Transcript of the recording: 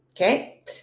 Okay